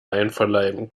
einverleiben